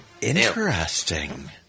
Interesting